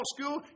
school